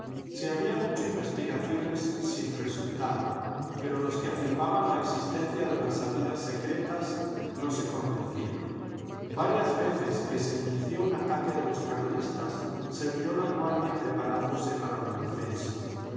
se habían hecho investigaciones sin resultado pero los que afirmaban la existencia de las salidas secretas no se convencieron varias veces que se inició un ataque de los carlistas se vio laguardia preparándose para la defensa